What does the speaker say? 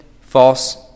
false